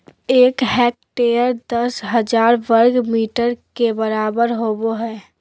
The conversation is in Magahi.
एक हेक्टेयर दस हजार वर्ग मीटर के बराबर होबो हइ